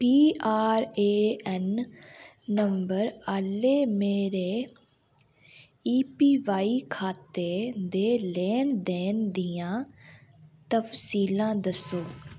P R A N number आह्ले मेरे A P Y खाते दे लैन देन दियां तफसीलां दस्सो